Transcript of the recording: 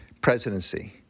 presidency